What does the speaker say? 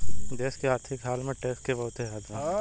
देश के आर्थिक हाल में टैक्स के बहुते हाथ बा